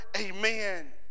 Amen